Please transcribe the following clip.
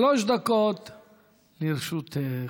שלוש דקות לרשותך.